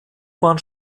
bahn